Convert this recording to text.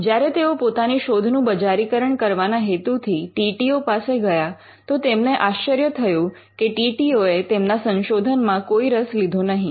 જ્યારે તેઓ પોતાની શોધનું બજારી કરણ કરવાના હેતુથી ટી ટી ઓ પાસે ગયા તો તેમને આશ્ચર્ય થયું કે ટી ટી ઓ એ તેમના સંશોધનમાં કોઈ રસ લીધો નહીં